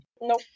Nope